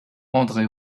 andré